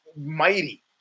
mighty